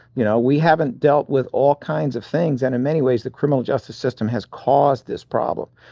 you know, we haven't dealt with all kinds of things. and in many ways the criminal justice system has caused this problem.